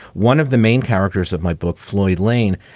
one of the main characters of my book, floyd lane,